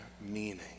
meaning